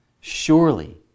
surely